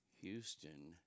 Houston